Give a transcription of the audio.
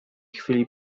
chwili